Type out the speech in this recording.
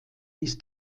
ist